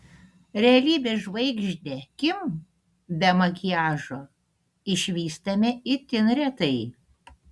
realybės žvaigždę kim be makiažo išvystame itin retai